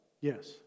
Yes